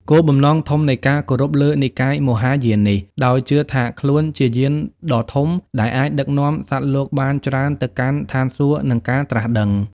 គោលបំណងធំនៃការគោរពលើនិកាយមហាយាននេះ ដោយជឿថាខ្លួនជាយានដ៏ធំដែលអាចដឹកនាំសត្វលោកបានច្រើនទៅកាន់ឋានសួគ៌ និងការត្រាស់ដឹង។